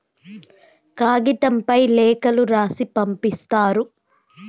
కాగితంపై లేఖలు రాసి పంపిస్తారు